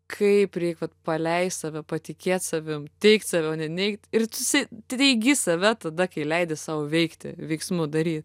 kaip reiktų vat paleist save patikėt savim teigt save o ne neigt ir tu esi teigi save tada kai leidi sau veikti veiksmu daryt